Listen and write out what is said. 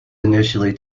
initially